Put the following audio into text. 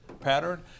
pattern